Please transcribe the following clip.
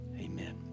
amen